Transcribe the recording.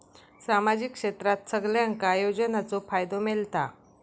सामाजिक क्षेत्रात सगल्यांका योजनाचो फायदो मेलता?